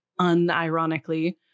unironically